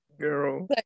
Girl